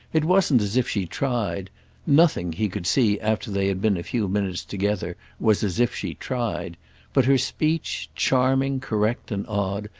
it wasn't as if she tried nothing, he could see after they had been a few minutes together, was as if she tried but her speech, charming correct and odd,